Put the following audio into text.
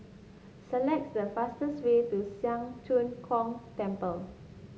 select the fastest way to Siang Cho Keong Temple